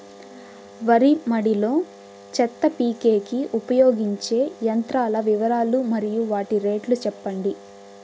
వరి మడి లో చెత్త పీకేకి ఉపయోగించే యంత్రాల వివరాలు మరియు వాటి రేట్లు చెప్పండి?